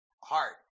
heart